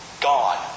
Gone